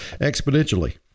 exponentially